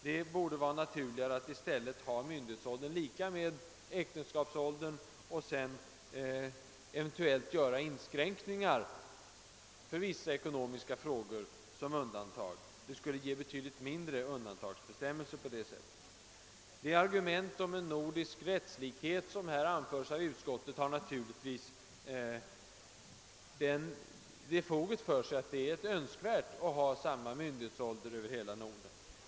Det borde vara naturligt att i stället ha myndighetsåldern lika med äktenskapsåldern och sedan eventuellt göra inskränkningar för vissa ekonomiska beslut av stor räckvidd som undantag. Det skulle ge betydligt färre undantag. Argumentet om en nordisk rättslikhet, som anförs av utskottet, har naturligtvis det foget för sig, att det är önskvärt med samma myndighetsålder över hela Norden.